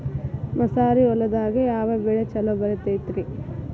ಮಸಾರಿ ಹೊಲದಾಗ ಯಾವ ಬೆಳಿ ಛಲೋ ಬರತೈತ್ರೇ?